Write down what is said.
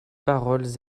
paroles